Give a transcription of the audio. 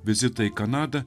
vizitą į kanadą